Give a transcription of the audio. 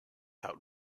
out